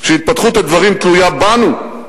שהתפתחות הדברים תלויה בנו.